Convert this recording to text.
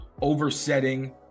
oversetting